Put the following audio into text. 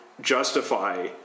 justify